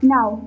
Now